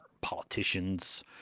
politicians